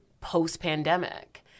post-pandemic